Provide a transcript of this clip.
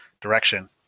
direction